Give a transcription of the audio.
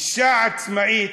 אישה עצמאית,